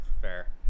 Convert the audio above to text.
fair